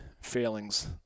failings